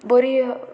बरी